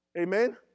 Amen